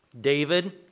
David